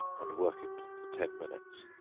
and work it for ten minutes,